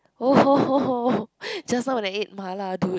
just now when I ate mala dude